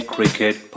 Cricket